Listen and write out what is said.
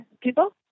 people